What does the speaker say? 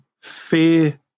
fear